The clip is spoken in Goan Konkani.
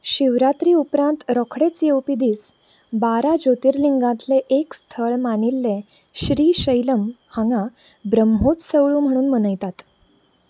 शिवरात्री उपरांत रोखडेच येवपी दीस बारा ज्योतिर्लिंगांतले एक स्थळ मानिल्ले श्रीशैलम हांगा ब्रह्मोत्सवळू म्हणून मनयतात